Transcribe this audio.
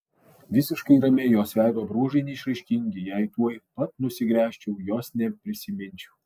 visiškai ramiai jos veido bruožai neišraiškingi jei tuoj pat nusigręžčiau jos neprisiminčiau